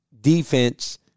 defense